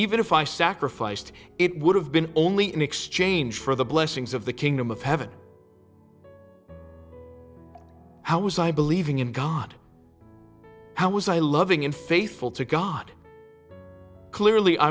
even if i sacrificed it would have been only in exchange for the blessings of the kingdom of heaven how was i believing in god how was i loving and faithful to god clearly i